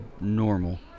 normal